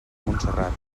montserrat